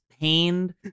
pained